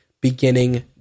beginning